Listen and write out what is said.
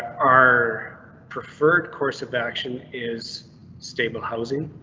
our preferred course of action is stable housing,